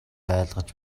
айлгаж